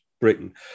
Britain